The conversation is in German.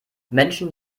menschen